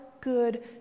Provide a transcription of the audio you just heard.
good